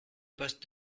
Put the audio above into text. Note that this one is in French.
poste